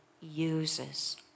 uses